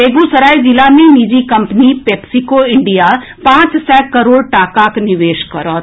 बेगूसराय जिला मे निजी कम्पनी पेप्सिको इंडिया पांच सय करोड़ टाकाक निवेश करत